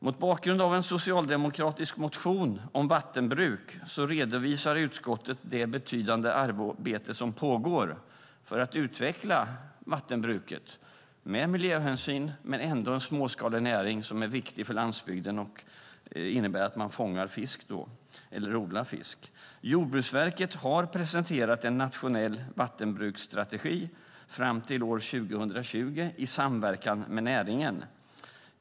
Mot bakgrund av en socialdemokratisk motion om vattenbruk redovisar utskottet det betydande arbete som pågår för att utveckla vattenbruket med miljöhänsyn men ändå en småskalig näring som är viktig för landsbygden och som innebär att man fångar fisk eller odlar fisk. Jordbruksverket har presenterat en nationell vattenbruksstrategi fram till år 2020 i samverkan med näringen.